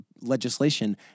legislation